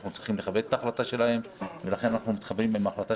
אנחנו צריכים לכבד את ההחלטה שלה ולכן אנחנו מתחברים להחלטה